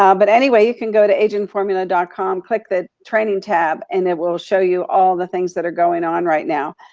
um but anyway, you can go to agentformula com, click the training tab and it will show you all the things that are going on right now.